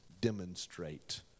demonstrate